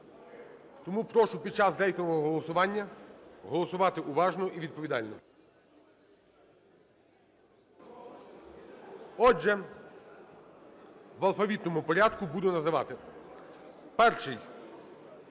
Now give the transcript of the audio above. Тому прошу під час рейтингового голосування голосувати уважно і відповідально. Отже, в алфавітному порядку буду називати. Перший